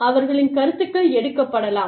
அவர்களின் கருத்துக்கள் எடுக்கப்படலாம்